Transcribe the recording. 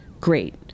great